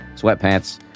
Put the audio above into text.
sweatpants